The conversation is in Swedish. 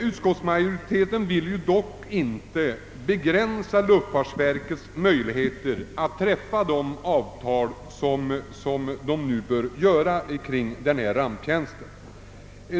Utskottsmajoriteten vill dock inte begränsa luftfartsverkets möjligheter att träffa avtal beträffande ramptjänsten.